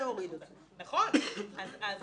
אין איש צוות.